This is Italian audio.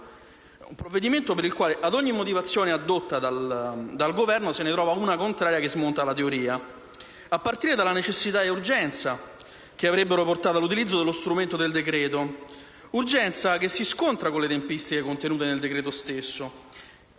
Un provvedimento per il quale, ad ogni motivazione addotta dal Governo, se ne trova una contraria che smonta la teoria, a partire dalla necessità e urgenza che avrebbero portato all'utilizzo dello strumento del decreto, urgenza che si scontra con le tempistiche contenute nel decreto stesso.